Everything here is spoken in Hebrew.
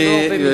אבל לא הרבה מזה.